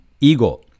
Ego